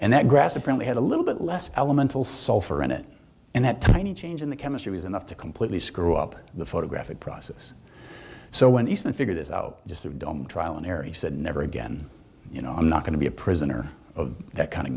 and that grass apparently had a little bit less elemental sulfur in it and that tiny change in the chemistry was enough to completely screw up the photographic process so when he said figure this out just trial and error he said never again you know i'm not going to be a prisoner of that kind of